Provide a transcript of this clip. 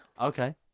Okay